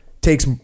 takes